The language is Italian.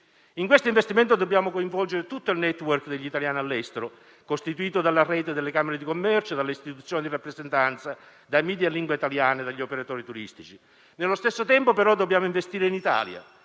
In questo investimento dobbiamo coinvolgere tutto il *network* degli italiani all'estero, costituito dalla rete delle camere di commercio, dalle istituzioni di rappresentanza, dai *media* in lingua italiana, dagli operatori turistici. Nello stesso tempo, però, dobbiamo investire in Italia,